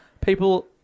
People